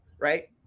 right